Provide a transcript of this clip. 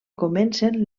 comencen